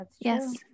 Yes